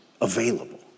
available